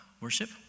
worship